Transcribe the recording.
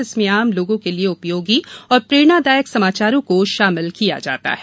इसमें आम लोगों के लिए उपयोगी और प्रेरणादायक समाचारों को शाामिल किया जाता है